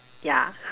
ya